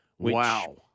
Wow